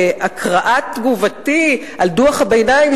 הקראת תגובתי על דוח הביניים,